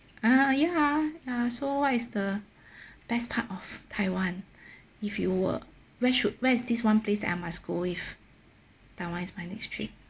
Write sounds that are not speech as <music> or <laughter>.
ah ya ya so what is the <breath> best part of taiwan <breath> if you were where should where is this one place that I must go if taiwan is my next trip